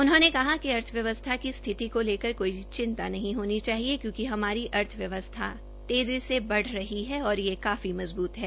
उन्होंने कहा कि अर्थव्यवस्था की स्थिति को लेकर कोई चिंता नहीं होनी चाहिए क्योंकि हमारी अर्थव्यस्था तेज़ी से बढ़ रही है और यह काफी मजबूत है